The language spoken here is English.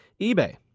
eBay